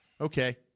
Okay